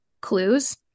clues